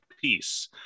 piece